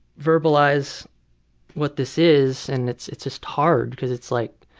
verbalize what this is, and it's it's just hard, because it's like,